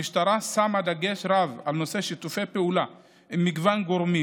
המשטרה שמה דגש רב על נושא שיתופי פעולה עם מגוון גורמים